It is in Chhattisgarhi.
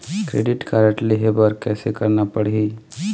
क्रेडिट कारड लेहे बर कैसे करना पड़ही?